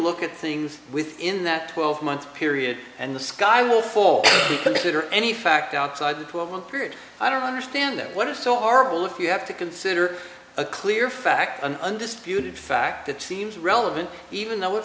look at things within that twelve month period and the sky will fall consider any fact outside the twelve month period i don't understand what is so horrible if you have to consider a clear fact an undisputed fact that seems relevant even though it